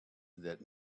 that